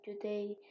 today